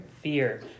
Fear